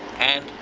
and